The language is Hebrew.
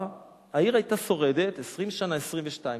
העיר היתה שורדת 20 שנה, 22 שנה.